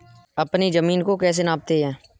अपनी जमीन को कैसे नापते हैं?